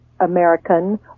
American